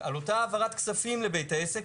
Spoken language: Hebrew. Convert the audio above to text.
הוא מחזיק במאזנים שלו כספים של לקוחות,